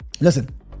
Listen